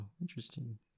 interesting